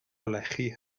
lechi